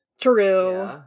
True